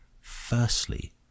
firstly